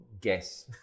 guess